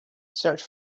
search